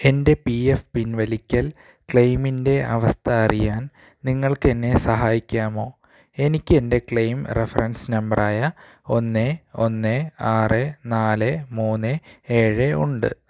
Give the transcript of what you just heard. എൻ്റെ P F പിൻവലിക്കൽ ക്ലെയിമിൻ്റെ അവസ്ഥ അറിയാൻ നിങ്ങൾക്ക് എന്നെ സഹായിക്കാമോ എനിക്ക് എൻ്റെ ക്ലെയിം റഫറൻസ് നമ്പറായ ഒന്ന് ഒന്ന് ആറ് നാല് മൂന്ന് ഏഴ് ഉണ്ട്